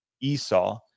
Esau